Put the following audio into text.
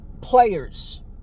players